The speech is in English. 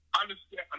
Understand